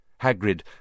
Hagrid